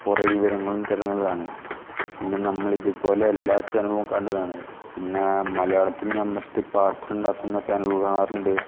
കുറേ വിവരങ്ങളും തരുന്നതാണ് പിന്നെ നമ്മൾ ഇതുപോലെ എല്ലാ ചാനലുകളും കണ്ടതാണ് പിന്നെ മലയാളത്തിൽ ഞാൻ മറ്റ് പാട്ടുണ്ടാക്കുന്ന ചാനലുകൾ കാണാറുണ്ട്